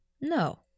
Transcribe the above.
No